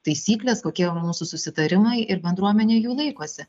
taisyklės kokie mūsų susitarimai ir bendruomenė jų laikosi